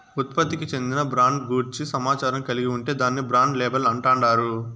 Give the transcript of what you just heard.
ఉత్పత్తికి చెందిన బ్రాండ్ గూర్చి సమాచారం కలిగి ఉంటే దాన్ని బ్రాండ్ లేబుల్ అంటాండారు